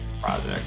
project